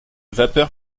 vapeur